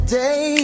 day